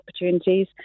opportunities